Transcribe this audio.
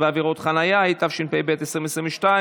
התשפ"ב 2022,